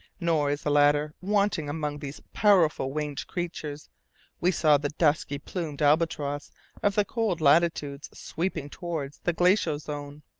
nor is the latter wanting among these powerful winged creatures we saw the dusky-plumed albatross of the cold latitudes, sweeping towards the glacial zone.